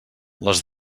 les